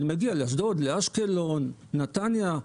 אני מגיע לאשדוד, לאשקלון, לנתניה.